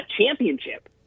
championship